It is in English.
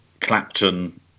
Clapton